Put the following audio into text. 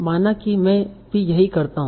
माना कि मैं भी यही करता हूं